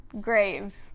graves